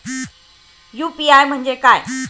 UPI म्हणजे काय?